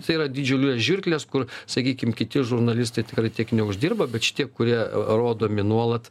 tai yra didžiulės žirklės kur sakykim kiti žurnalistai tikrai tiek neuždirba bet šitie kurie rodomi nuolat